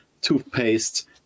toothpaste